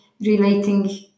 relating